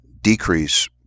decrease